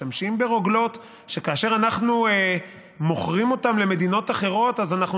משתמשת ברוגלות שכאשר אנחנו מוכרים אותן למדינות אחרות אז אנחנו